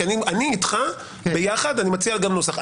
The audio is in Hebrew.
כי אני אתך יחד מציע גם נוסח.